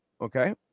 Okay